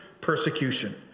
persecution